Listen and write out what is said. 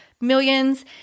millions